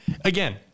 again